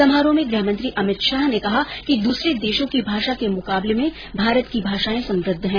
समारोह में गृह मंत्री अमित शाह ने कहा कि दूसरे देशों की भाषा के मुकाबले में भारत की भाषाए समृद्ध है